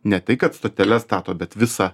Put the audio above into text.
ne tai kad stoteles stato bet visą